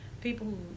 people